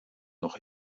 noch